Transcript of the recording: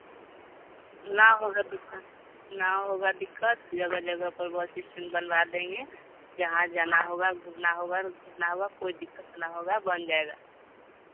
न होगा दिक्कत न होगा दिक्कत जगह जगह पर बस स्टैन्ड बनवा देंगे जहाँ जाना होगा घूमना होगा ना होगा कोई दिक्कत ना होगा बन जाएगा